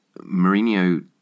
Mourinho